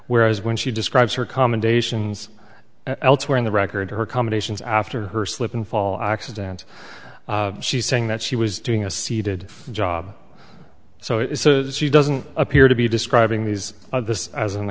whereas when she describes her commendations elsewhere in the record her combinations after her slip and fall accident she's saying that she was doing a seated job so it's a she doesn't appear to be describing these this as an